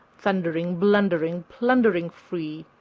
thundering, blundering, plundering free.